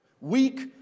Weak